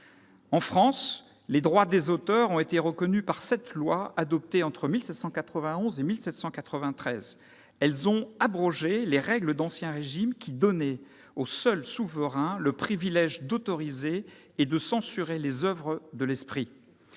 En France, les droits des auteurs ont été reconnus par sept lois adoptées entre 1791 et 1793. Celles-ci ont abrogé les règles d'Ancien Régime qui donnaient au seul souverain le privilège d'autoriser et de censurer les oeuvres de l'esprit.